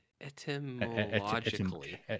Etymologically